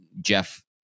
Jeff